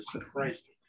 Christ